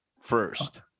first